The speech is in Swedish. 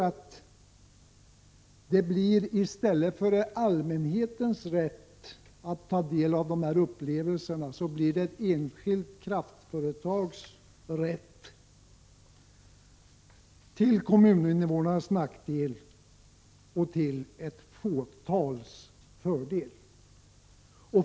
Ett ingrepp här betyder att allmänhetens rätt att ta del av dessa upplevelser förvandlas till ett enskilt kraftföretags rätt, till kommuninvånarnas nackdel 127 och till ett fåtals fördel.